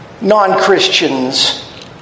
non-Christians